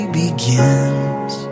begins